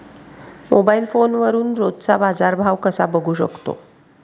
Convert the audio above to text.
Mobile फोनवरून रोजचा बाजारभाव कसा बघू शकतो?